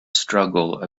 struggle